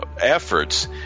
efforts